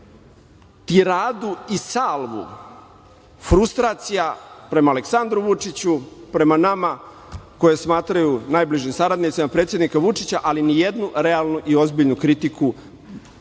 tiradu i salvu frustracija prema Aleksandru Vučiću, prema nama, koje smatraju najbližim saradnicima predsednika Vučića, ali ni jednu realnu i ozbiljnu kritiku